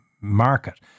market